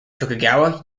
tokugawa